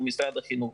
הוא משרד החינוך.